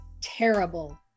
terrible